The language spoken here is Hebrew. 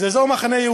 זה אזור מחנה-יהודה.